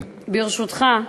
ברשותך.